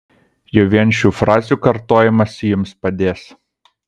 jau vien šių frazių kartojimas jums padės